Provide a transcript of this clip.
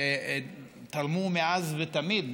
שתרמו מאז ותמיד,